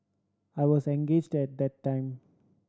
I was engaged at that time